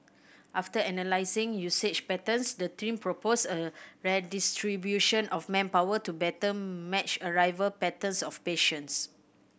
after analysing usage patterns the team proposed a redistribution of manpower to better match arrival patterns of patients